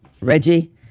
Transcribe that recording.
Reggie